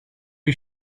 you